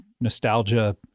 Nostalgia